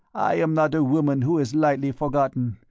i am not a woman who is lightly forgotten.